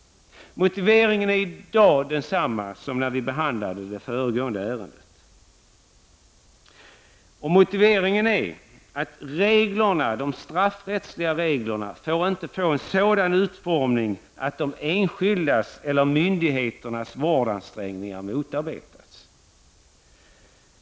Motiveringen är i dag densamma som när vi behandlade det ärendet. De straffrättsliga reglerna får inte ha en sådan utformning att de enskildas eller myndigheternas vårdansträngningar motarbetas.